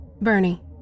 Bernie